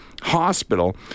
Hospital